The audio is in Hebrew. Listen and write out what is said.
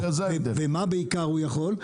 ומה בעיקר הוא יכול?